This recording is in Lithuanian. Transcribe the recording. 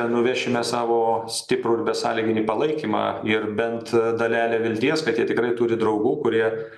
nuvešime savo stiprų ir besąlyginį palaikymą ir bent dalelę vilties kad jie tikrai turi draugų kurie